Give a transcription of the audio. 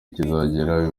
kizagera